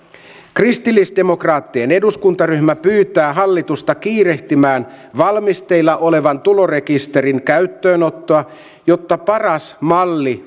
kristillisdemokraattien eduskuntaryhmä pyytää hallitusta kiirehtimään valmisteilla olevan tulorekisterin käyttöönottoa jotta paras malli